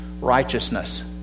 righteousness